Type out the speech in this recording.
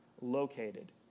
located